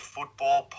Football